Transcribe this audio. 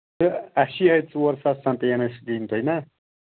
تہٕ اَسہِ چھِ یِہوٚے ژور ساس تام پیٚیَن اَسہِ دِںۍ تۄہہِ نا